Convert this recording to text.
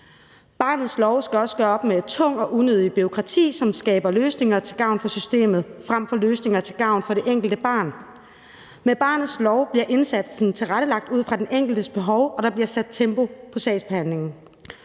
Barnets lov skal også gøre op med tungt og unødigt bureaukrati, som skaber løsninger til gavn for systemet frem for løsninger til gavn for det enkelte barn. Med barnets lov bliver indsatsen tilrettelagt ud fra den enkeltes behov, og der bliver sat tempo på sagsbehandlingen.